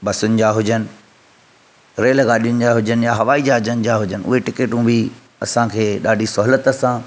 बसुनि जा हुजनि रेलगाॾिन जा हुजनि या हवाई जहाज़नि जा हुजनि उहे टिकेटूं बि असांखे ॾाढी सहूलियत सां